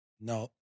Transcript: No